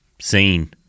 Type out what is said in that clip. seen